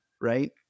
right